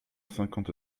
cinquante